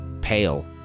pale